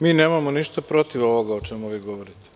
Mi nemamo ništa protiv ovoga o čemu vi govorite.